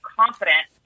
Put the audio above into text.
confident